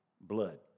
blood